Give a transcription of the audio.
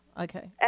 Okay